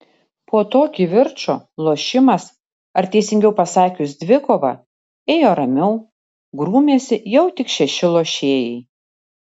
po to kivirčo lošimas ar teisingiau pasakius dvikova ėjo ramiau grūmėsi jau tik šeši lošėjai